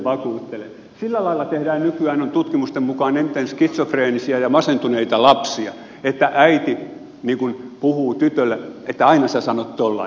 sillä lailla tehdään nykyään noin tutkimusten mukaan eniten skitsofreenisia ja masentuneita lapsia että äiti puhuu tytölle että aina sä sanot tollai